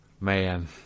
Man